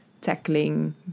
tackling